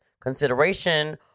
consideration